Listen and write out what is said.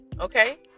okay